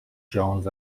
jones